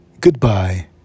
Goodbye